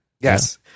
Yes